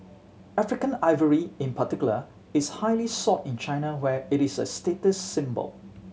African ivory in particular is highly sought in China where it is a status symbol